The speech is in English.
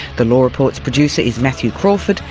the law report's producer is matthew crawford,